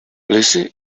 lizzy